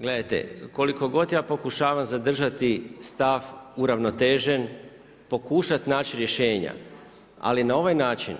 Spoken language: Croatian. Gledajte, koliko god ja pokušavam zadržati stav uravnotežen pokušat naći rješenja, ali na ovaj način